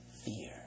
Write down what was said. fear